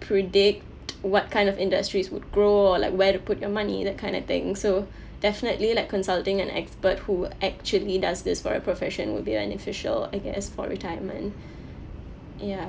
predict what kind of industries would grow or like where to put your money that kind of thing so definitely like consulting an expert who actually does this for a profession would be beneficial I guess for retirement ya